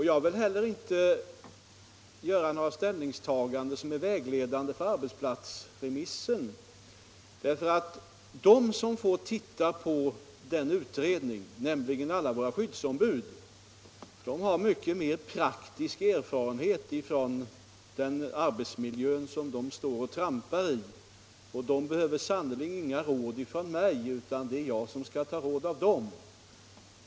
Jag vill heller inte göra några uttalanden som kan vara vägledande för arbetsplatsremissen, eftersom de som får studera utredningen, nämligen alla våra skyddsombud, har mycket mer praktisk erfarenhet än jag från den arbetsmiljö som de står och trampar i. De behöver sannerligen inga råd från mig, utan det är jag som skall ta råd från dem.